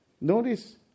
Notice